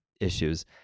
issues